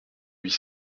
huit